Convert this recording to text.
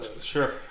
Sure